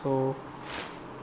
so